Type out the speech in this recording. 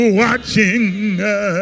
watching